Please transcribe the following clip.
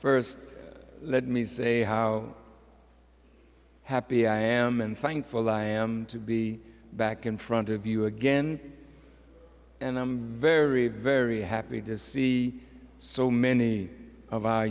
first let me say how happy i am and thankful i am to be back in front of you again and i'm very very happy to see so many of our